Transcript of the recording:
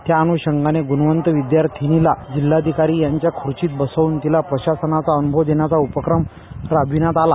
त्याअनुषंगाने गुणवंत विद्यार्थीनीला जिल्हाधिकारी यांच्या खुर्चीत शासनाचा अनुभव देण्याचा उपक्रम राबविण्यात आला